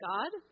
God